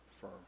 firm